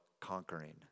conquering